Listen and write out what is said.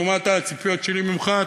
לעומת הציפיות שלי ממך,